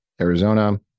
Arizona